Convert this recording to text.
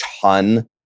ton